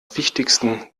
wichtigsten